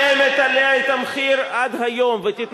משלמת עליה את המחיר עד היום, גם ראש הממשלה תמך.